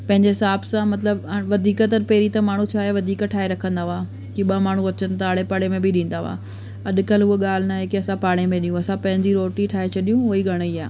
पंहिंजे हिसाब सां मतिलबु वधीक त पहिरीं त माण्हू छा आहे वधीक ठाहे रखंदा हुआ की ॿ माण्हू अचनि था आड़े पाड़े में बि ॾींदा हुआ अॼुकल्ह उहा ॻाल्हि न आहे की असां पाड़े में ॾियूं असां पंहिंजी रोटी ठाहे छॾियूं उहा ई घणे ई आहे